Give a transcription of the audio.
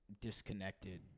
disconnected